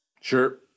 Sure